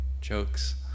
jokes